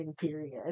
period